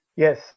Yes